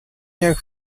nijak